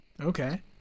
Okay